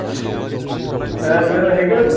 ए बेरायहैगोन